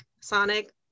sonic